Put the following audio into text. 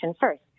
first